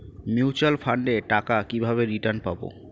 Mutual ফান্ডের টাকা কিভাবে রিটার্ন পাব?